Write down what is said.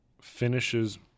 finishes